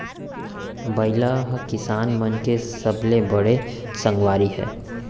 बइला ह किसान मन के सबले बड़े संगवारी हय